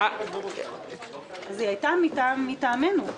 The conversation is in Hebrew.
היא הייתה מטעמנו.